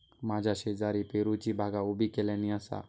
माझ्या शेजारी पेरूची बागा उभी केल्यानी आसा